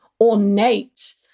ornate